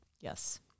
Yes